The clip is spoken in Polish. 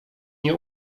nie